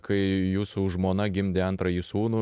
kai jūsų žmona gimdė antrąjį sūnų